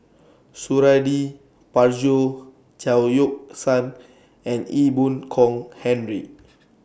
Suradi Parjo Chao Yoke San and Ee Boon Kong Henry